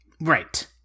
Right